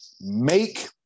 make